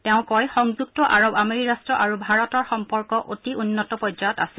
তেওঁ কয় সংযুক্ত আৰৱ আমিৰি ৰাষ্ট্ৰ আৰু ভাৰতৰ অতি উন্নত পৰ্যায়ত আছে